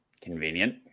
convenient